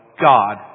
God